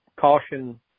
caution